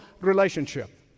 relationship